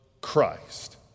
Christ